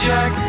Jack